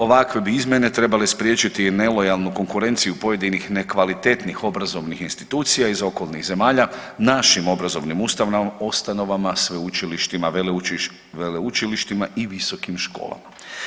Ovakve bi izmjene trebale spriječiti nelojalnu konkurenciju pojedinih nekvalitetnih obrazovnih institucija iz okolnih zemalja našim obrazovnim ustanovama, sveučilištima, veleučilištima i visokim školama.